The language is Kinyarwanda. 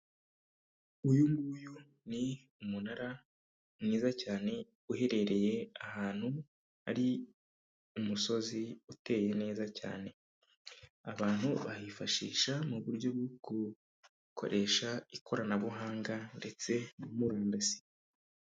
Uyu nguyu ni umunara mwiza cyane uherereye ahantu ari umusozi uteye neza cyane, abantu bahifashisha mu buryo bwo gukoresha ikoranabuhanga ndetse na mururandasi.